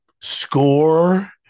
score